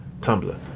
tumblr